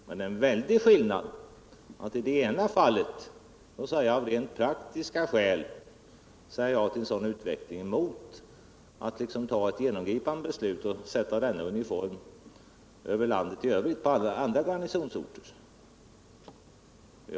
Men det är en väldig skillnad mellan att så att säga av rent praktiska skäl säga ja till en sådan utveckling och att ta ett genomgripande beslut och sätta denna uniform på alla andra garnisonsorter i landet.